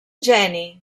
geni